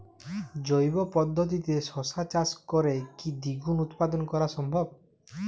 জৈব পদ্ধতিতে শশা চাষ করে কি দ্বিগুণ উৎপাদন করা সম্ভব?